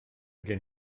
gen